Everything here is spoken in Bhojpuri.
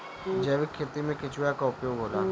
जैविक खेती मे केचुआ का उपयोग होला?